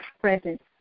present